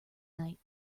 night